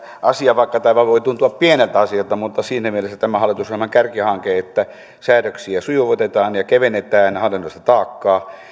asia vaikka tämä voi tuntua pieneltä asialta siinä mielessä tämä on hallitusohjelman kärkihanke että säädöksiä sujuvoitetaan ja kevennetään hallinnollista taakkaa